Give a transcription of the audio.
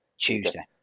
Tuesday